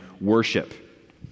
worship